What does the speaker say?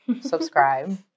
subscribe